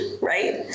right